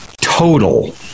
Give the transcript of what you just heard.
total